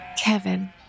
Kevin